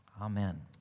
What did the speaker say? Amen